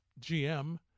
GM